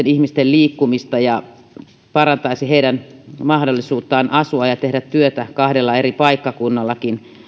ihmisten liikkumista ja parantaisivat heidän mahdollisuuttaan asua ja tehdä työtä kahdellakin eri paikkakunnalla